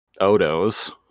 Odos